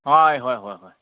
ꯍꯣꯏ ꯍꯣꯏ ꯍꯣꯏ ꯍꯣꯏ